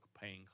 paying